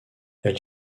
elle